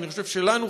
כי אני חושב שלנו,